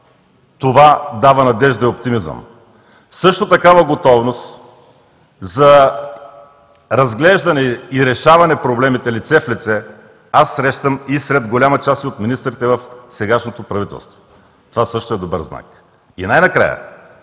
това дава надежда и оптимизъм. Също такава готовност за разглеждане и решаване проблемите лице в лице аз срещам и сред голяма част от министрите в сегашното правителство. Това също е добър знак. И най-накрая,